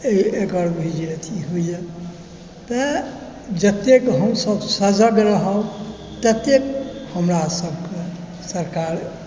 एकर भी जे एथी होइए तँ जतेक हमसभ सजग रहब ततेक हमरा सभकेँ सरकार